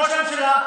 ראש הממשלה,